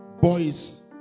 boys